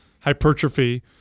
hypertrophy